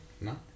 No